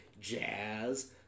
Jazz